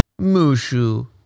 Mushu